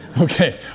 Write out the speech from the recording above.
Okay